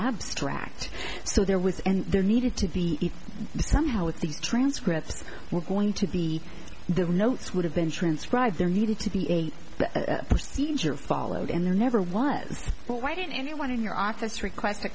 abstract so there was and there needed to be somehow with the transcripts were going to be the notes would have been transcribed there needed to be a procedure followed and there never was but why didn't anyone in your office requ